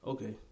Okay